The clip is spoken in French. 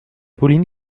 pauline